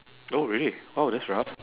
oh really oh that's rough